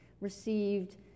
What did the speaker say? Received